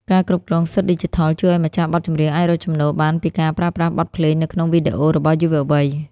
ការគ្រប់គ្រងសិទ្ធិឌីជីថល ជួយឱ្យម្ចាស់បទចម្រៀងអាចរកចំណូលបានពីការប្រើប្រាស់បទភ្លេងនៅក្នុងវីដេអូរបស់យុវវ័យ។